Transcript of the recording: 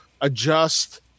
adjust